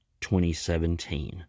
2017